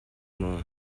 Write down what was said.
maw